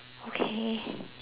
okay